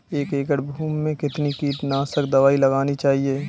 एक एकड़ भूमि में कितनी कीटनाशक दबाई लगानी चाहिए?